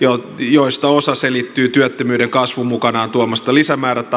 joista osa selittyy työttömyyden kasvun mukanaan tuomasta lisämäärärahan